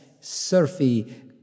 surfy